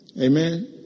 Amen